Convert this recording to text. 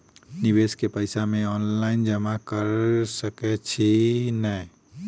निवेश केँ पैसा मे ऑनलाइन जमा कैर सकै छी नै?